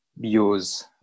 use